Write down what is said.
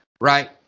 Right